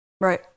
Right